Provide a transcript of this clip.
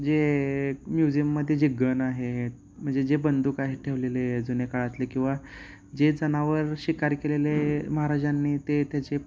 जे म्युझियममध्ये जे गन आहे म्हणजे जे बंदूक आहेत ठेवलेले जुने काळातले किंवा जे जनावर शिकार केलेले महाराजांनी ते त्याचे